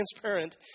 transparent